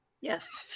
Yes